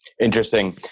Interesting